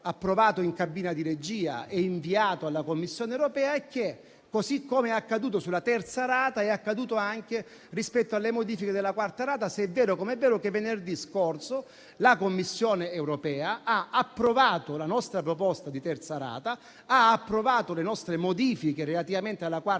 in cabina di regia e inviato alla Commissione europea. Così com'è accaduto sulla terza rata, è accaduto anche rispetto alle modifiche della quarta rata, se è vero come è vero che venerdì scorso la Commissione europea ha approvato la nostra proposta di terza rata e le nostre modifiche relativamente alla quarta rata,